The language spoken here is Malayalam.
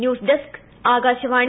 ന്യൂസ്ഡെസ്ക് ആകാശവാണി